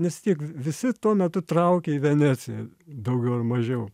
nes vis tiek visi tuo metu traukė į veneciją daugiau ar mažiau